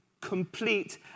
complete